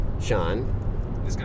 Sean